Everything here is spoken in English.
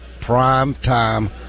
prime-time